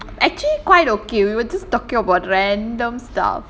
actually quite okay we were just talking about random stuff